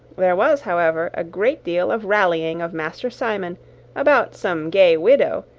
there was, however, a great deal of rallying of master simon about some gay widow,